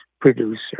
producer